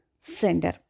sender